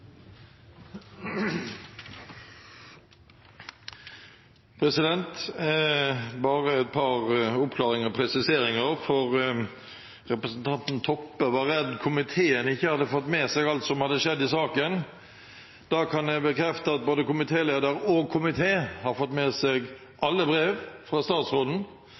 Bare et par oppklaringer og presiseringer: Representanten Toppe var redd komiteen ikke hadde fått med seg alt som hadde skjedd i saken. Jeg kan bekrefte at både komitéleder og komité har fått med seg alle brev fra statsråden,